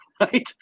right